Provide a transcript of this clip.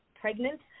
pregnant